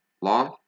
law